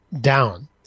down